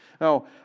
Now